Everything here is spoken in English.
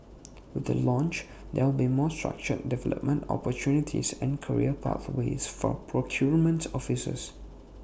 with the launch there will be more structured development opportunities and career pathways for procurement officers